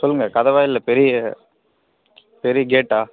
சொல்லுங்கள் கதவா இல்லை பெரிய பெரிய கேட்டா